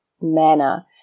manner